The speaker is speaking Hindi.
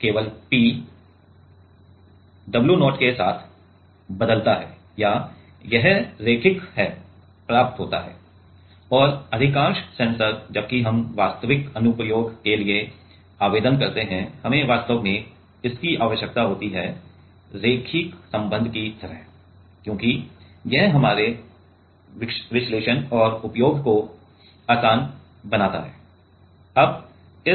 केवल P w0 के साथ बदलता है या यह रैखिक है प्राप्त होता है और अधिकांश सेंसर जबकि हम वास्तविक अनुप्रयोग के लिए आवेदन करते हैं हमें वास्तव में इसकी आवश्यकता होती है रैखिक संबंध की तरह क्योंकि यह हमारे विश्लेषण और उपयोग को आसान बनाता है